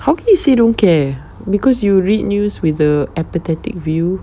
how can you say don't care because you read news with the apathetic view